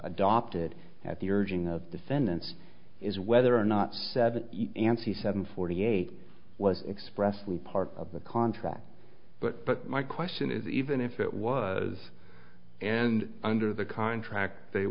adopted at the urging of defendants is whether or not seven ansi seven forty eight was expressly part of the contract but but my question is even if it was and under the contract they